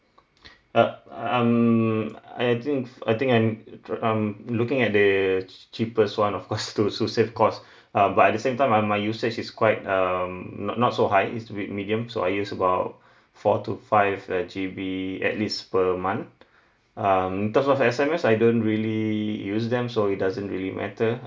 uh I'm I think I think I'm I'm looking at the cheapest one of course to to save cost uh but at the same time my my usage is quite um not not so high is with medium so I use about four to five uh G_B at least per month um in terms of S_M_S I don't really use them so it doesn't really matter